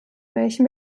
welchem